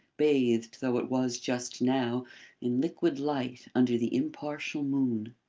bathed though it was just now in liquid light under the impartial moon.